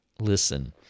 Listen